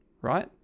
Right